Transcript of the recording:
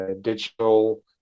digital